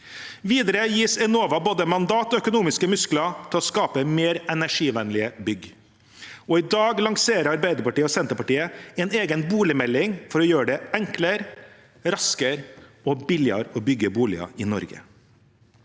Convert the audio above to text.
Videre gis Enova både mandat og økonomiske muskler til å skape mer energivennlige bygg, og i dag lanserer Arbeiderpartiet og Senterpartiet en egen boligmelding for å gjøre det enklere, raskere og billigere å bygge boliger i Norge.